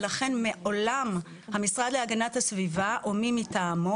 ולכן מעולם המשרד להגנת הסביבה או מי מטעמו